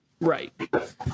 right